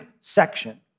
section